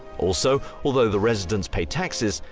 also, although the residents pay taxes,